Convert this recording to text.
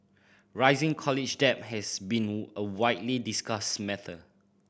rising college debt has been a widely discussed matter